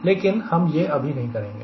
लेकिन हम यह अभी नहीं करेंगे